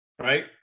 Right